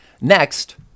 Next